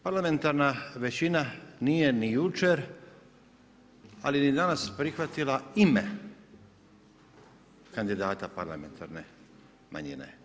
Parlamentarna većina nije ni jučer ali ni danas prihvatila ime kandidata parlamentarne manjine.